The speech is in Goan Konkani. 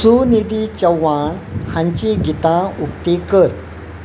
सूनिधी चव्हाण हांची गितां उक्ती कर